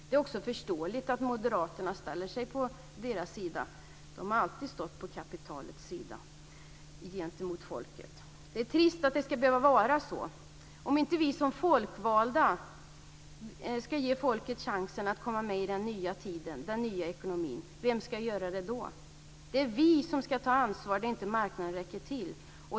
Det är också förståeligt att Moderaterna ställer sig på deras sida. De har alltid stått på kapitalets sida gentemot folket. Det är trist att det ska behöva vara så. Om inte vi som folkvalda ska ge folket chansen att komma med i den nya tiden, den nya ekonomin, vem ska göra det då? Det är vi som ska ta ansvar när inte marknaden räcker till.